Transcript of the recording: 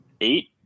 eight